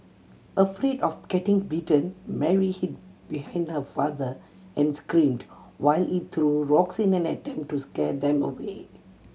afraid of getting bitten Mary hid behind her father and screamed while he threw rocks in an attempt to scare them away